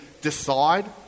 decide